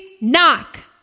knock